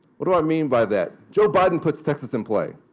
what do i mean by that? joe biden puts texas in play.